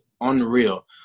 unreal